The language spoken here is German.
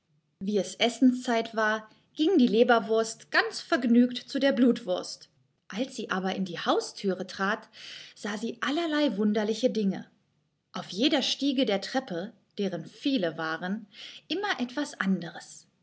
wie es essenszeit war ging die leberwurst ganz vergnügt zu der blutwurst als sie aber in die hausthüre trat sah sie allerlei wunderliche dinge auf jeder stiege der treppe deren viele waren immer etwas anderes